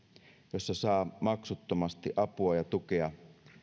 joissa saa maksuttomasti apua ja tukea